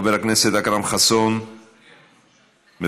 חבר הכנסת אכרם חסון, מוותר,